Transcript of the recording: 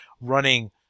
running